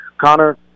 Connor